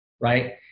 right